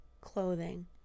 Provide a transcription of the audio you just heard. clothing